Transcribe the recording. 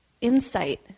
insight